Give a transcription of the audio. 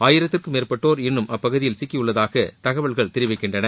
ஆயிரத்துக்கும் மேற்பட்டோர் இன்னும் அப்பகுதியில் சிக்கியுள்ளதாக தகவல்கள் தெரிவிக்கின்றன